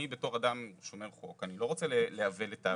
אני בתור אדם שומר חוק אני לא רוצה לעוול את העוולה,